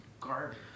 garbage